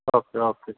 okay okay